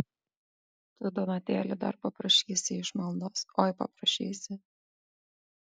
tu donatėli dar paprašysi išmaldos oi paprašysi